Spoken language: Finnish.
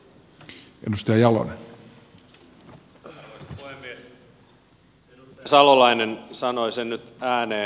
edustaja salolainen sanoi sen nyt ääneen